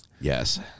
Yes